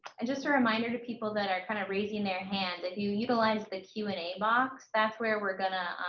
and just a reminder to people that are kind of raising their hand if you utilize the q and a box that's where we're gonna